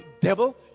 devil